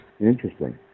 Interesting